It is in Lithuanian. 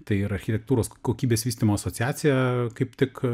tai ir architektūros kokybės vystymo asociacija kaip tik